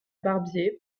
barbier